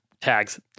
tags